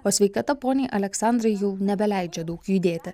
o sveikata poniai aleksandrai jau nebeleidžia daug judėti